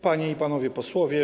Panie i Panowie Posłowie!